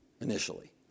initially